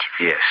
Yes